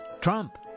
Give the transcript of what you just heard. Trump